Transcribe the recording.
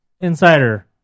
insider